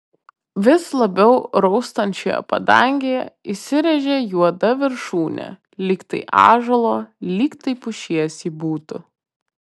vis labiau raustančioje padangėje įsirėžė juoda viršūnė lyg tai ąžuolo lyg tai pušies ji būtų